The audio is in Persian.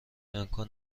امکان